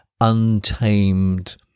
untamed